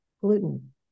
gluten